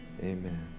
Amen